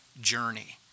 journey